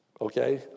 okay